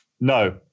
No